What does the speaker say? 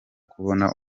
kubona